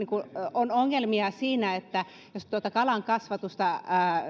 on ongelmia siinä että jos kalankasvatusta